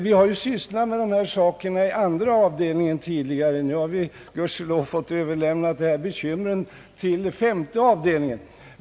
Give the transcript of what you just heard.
Vi har sysslat med de här förhållandena i andra avdelningen tidigare, nu har vi dess bättre fått överlämna dessa bekymmer till femte avdelningen.